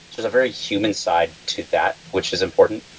there's a very human side to that, which is important.